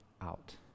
out